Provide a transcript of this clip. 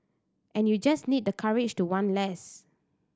and you just need the courage to want less